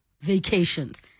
vacations